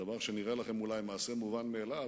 זה דבר שנראה לכם אולי מעשה מובן מאליו,